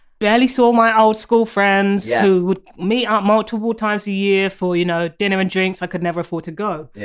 barely saw my old school friends who would meet up multiple times a year for you know dinner and drinks i could never afford to go.